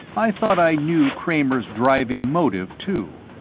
i thought i knew kramer's driving motive, too.